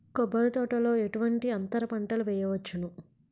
కొబ్బరి తోటలో ఎటువంటి అంతర పంటలు వేయవచ్చును?